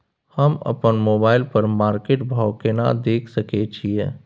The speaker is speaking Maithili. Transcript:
हम अपन मोबाइल पर मार्केट भाव केना देख सकै छिये?